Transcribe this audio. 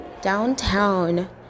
downtown